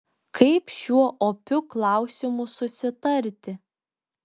kaip šiuo opiu klausimu susitarti